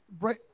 right